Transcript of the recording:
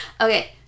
Okay